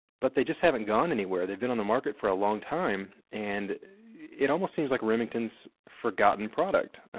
but they just haven't gone anywhere. they've been on the market for a long time, and it almost seems like remington's forgotten product.